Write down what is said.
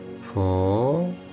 four